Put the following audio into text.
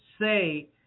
say